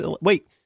wait